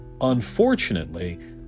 unfortunately